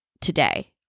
today